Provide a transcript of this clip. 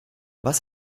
was